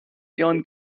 ihren